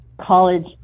college